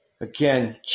again